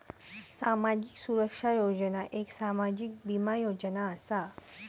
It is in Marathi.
सामाजिक सुरक्षा योजना एक सामाजिक बीमा योजना असा